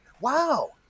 Wow